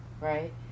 right